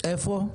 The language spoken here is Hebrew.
איפה?